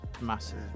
massive